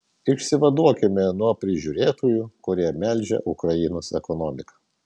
išsivaduokime nuo prižiūrėtojų kurie melžia ukrainos ekonomiką